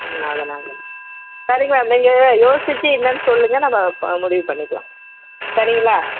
ம் அதெல்லாம் மேம் சரிங்க மேம் நீங்கள் யோசிச்சு என்னான்னு சொல்லுங்கள் நம்ப ப முடிவு பண்ணிக்கலாம் சரிங்களா